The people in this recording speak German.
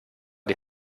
die